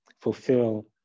fulfill